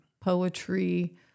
poetry